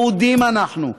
יהודים אנחנו,